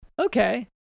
Okay